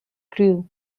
grew